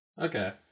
Okay